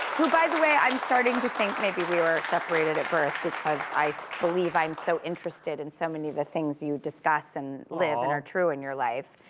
who, by the way, i'm starting to think maybe we were separated at birth. because i believe i'm so interested in so many of the things you discuss, and live, and are true in your life.